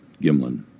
Gimlin